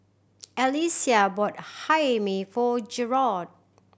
Alysia bought Hae Mee for Jerod